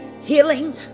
healing